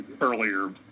earlier